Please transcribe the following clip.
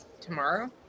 Tomorrow